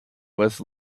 with